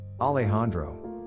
Alejandro